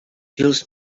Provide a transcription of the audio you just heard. jules